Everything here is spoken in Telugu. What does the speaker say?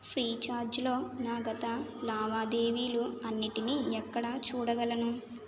ఫ్రీచార్జ్లో నా గత లావాదేవీలు అన్నిటినీ ఎక్కడ చూడగలను